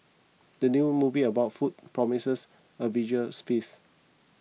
the new movie about food promises a visual feast